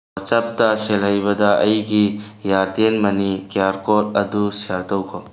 ꯋꯥꯆꯞꯇ ꯁꯤꯜꯍꯩꯕꯗ ꯑꯩꯒꯤ ꯏꯌꯥꯔꯇꯦꯟ ꯃꯅꯤ ꯀ꯭ꯌꯥꯔ ꯀꯣꯠ ꯑꯗꯨ ꯁꯤꯌꯥꯔ ꯇꯧꯈꯣ